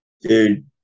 Dude